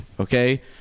Okay